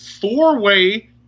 four-way